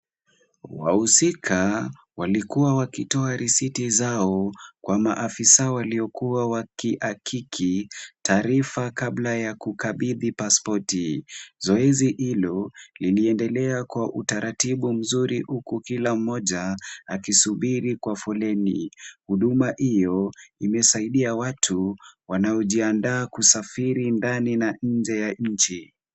Wahusika walikuwa wakitoa risiti zao kwa maafisa waliokuwa wakiakiki taarifa kabla ya kukabidhi paspoti. Zoezi hilo liliendelea kwa utaratibu mzuri huku kila mmoja akisubiri kwa foleni. Huduma hiyo imesaidia watu wanaojiaandaa kusafiri ndani na nje ya nchi.